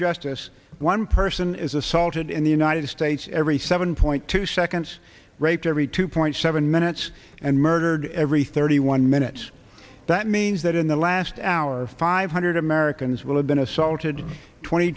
justice one person is assaulted in the united states every seven point two seconds raped every two point seven minutes and murdered every thirty one minutes that means that in the last hour five hundred americans will have been assaulted twenty